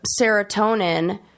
serotonin